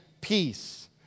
peace